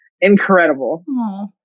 incredible